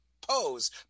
pose